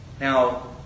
Now